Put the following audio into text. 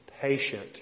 patient